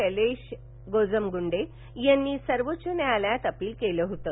शैलेश गोजमगुंडे यांनी सर्वोच्य न्यायलयात अपील केल होतं